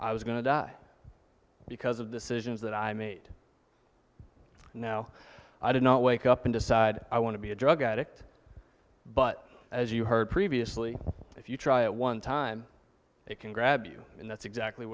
i was going to die because of decisions that i made now i did not wake up and decide i want to be a drug addict but as you heard previously if you try it one time it can grab you and that's exactly